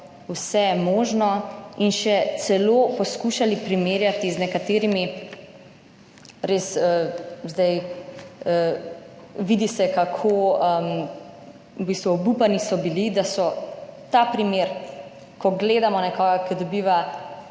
vse je možno in še celo poskušali primerjati z nekaterimi res, zdaj vidi se kako v bistvu obupani so bili, da so ta primer, ko gledamo nekoga, ki dobiva